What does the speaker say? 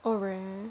oh really